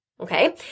Okay